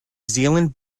zealand